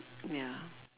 ya